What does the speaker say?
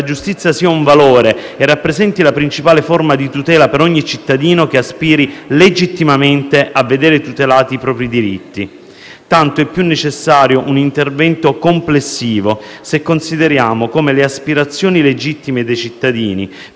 giustizia sia un valore e che rappresenti la principale forma di tutela per ogni cittadino che aspiri legittimamente a vedere tutelati i propri diritti. Tanto più è necessario un intervento complessivo se consideriamo come le aspirazioni legittime dei cittadini